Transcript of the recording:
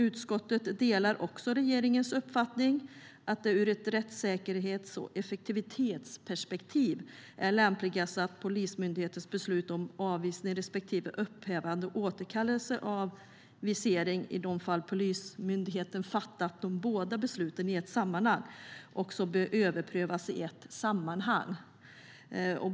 Utskottet delar även regeringens uppfattning att det ur ett rättssäkerhets och effektivitetsperspektiv är lämpligast att Polismyndighetens beslut om avvisning respektive upphävande och återkallelse av visering bör överprövas i ett sammanhang i de fall Polismyndigheten fattat de båda besluten i ett sammanhang.